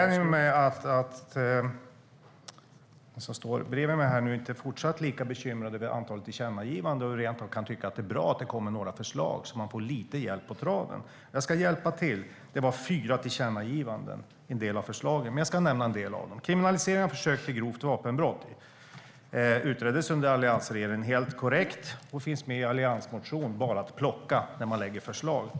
Herr talman! Det gläder mig att Helene Petersson inte fortsatt är lika bekymrad över antalet tillkännagivanden utan rent av kan tycka att det är bra att det kommer några förslag så att man får lite hjälp på traven. Jag ska hjälpa till: Förslagen handlade om fyra tillkännagivanden. Jag ska nämna en del av dem: Kriminalisering av försök till grovt vapenbrott utreddes under alliansregeringen, helt korrekt, och finns med i en alliansmotion - bara att plocka när man lägger fram förslag.